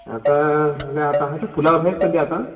आता आता आता तर फुलावर आहेत सध्या आता